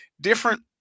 different